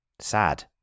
sad